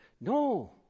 no